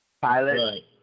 pilot